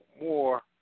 more